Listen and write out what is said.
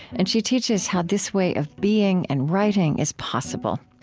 and she teaches how this way of being and writing is possible.